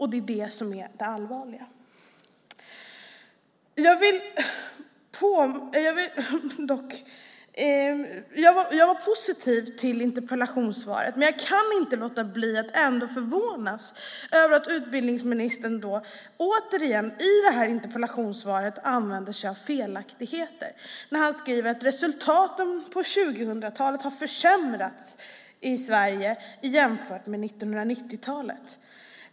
Det är det som är det allvarliga. Jag var positiv till interpellationssvaret, men jag kan inte låta bli att ändå förvånas över att det finns felaktigheter i utbildningsministerns interpellationssvar. Han skriver att resultaten på 2000-talet har försämrats i Sverige jämfört med 1990-talet.